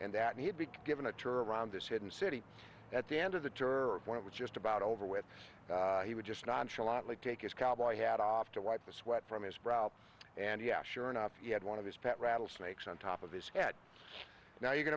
and that he'd big given a tour around this hidden city at the end of the tour or when it was just about over with he would just nonchalantly take his cowboy hat off to wipe the sweat from his brow and yeah sure enough he had one of his pet rattlesnakes on top of his head now you can